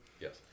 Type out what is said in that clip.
Yes